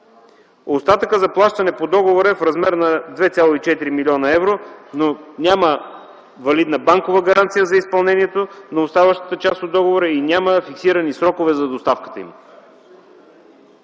Остатъкът за плащане по договора е в размер на 2,4 млн. евро, но няма валидна банкова гаранция за изпълнението на оставащата част от договора и няма цитирани срокове за доставката им.